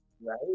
right